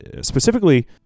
specifically